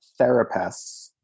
therapists